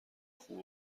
خوب